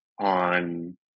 on